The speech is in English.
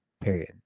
period